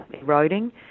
eroding